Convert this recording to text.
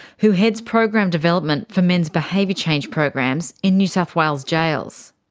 who heads program development for men's behaviour change programs in new south wales jails.